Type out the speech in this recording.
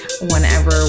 whenever